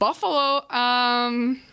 Buffalo